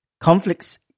conflicts